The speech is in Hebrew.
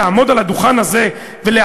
לעמוד על הדוכן הזה ולהכפיש,